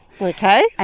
Okay